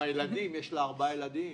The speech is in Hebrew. ברשות גברתי, שני דברים.